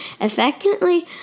Effectively